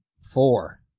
Four